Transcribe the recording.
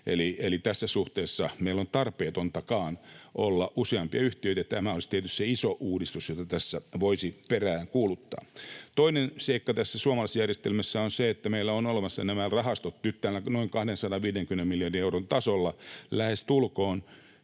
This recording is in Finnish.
Eli tässä suhteessa meillä on tarpeetontakin olla useampia yhtiöitä, ja tämä olisi tietysti se iso uudistus, jota tässä voisi peräänkuuluttaa. Toinen seikka tässä suomalaisjärjestelmässä on se, että meillä ovat olemassa nämä rahastot nyt tällä noin lähestulkoon